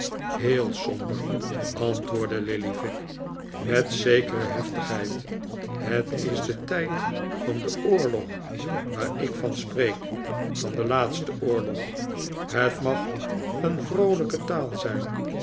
heel somber antwoordde lillyvick met zekere heftigheid het is de tijd van den oorlog waar ik van spreek van den laatsten oorlog het mag een vroolijke taal zijn